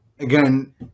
Again